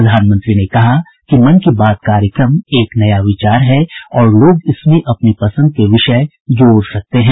प्रधानमंत्री ने कहा कि मन की बात कार्यक्रम एक नया विचार है और लोग इसमें अपनी पसंद के विषय जोड़ सकते हैं